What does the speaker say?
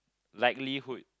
likelihood